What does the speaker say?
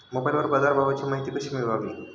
मोबाइलवर बाजारभावाची माहिती कशी मिळवावी?